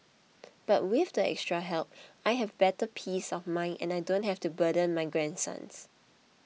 but with the extra help I have better peace of mind and I don't have to burden my grandsons